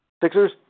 Sixers